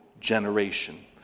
generation